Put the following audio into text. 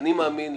אני מאמין,